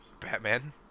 Batman